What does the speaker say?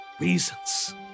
reasons